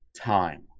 time